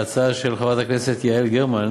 להצעה של חברת הכנסת יעל גרמן,